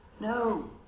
No